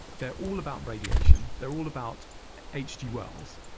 they're all about radiation, they're all about hg wells,